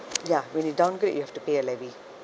ya when you downgrade you have to pay a levy